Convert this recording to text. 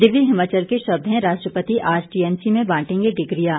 दिव्य हिमाचल के शब्द हैं राष्ट्रपति आज टीएमसी में बांटेंगे डिग्रियां